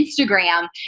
Instagram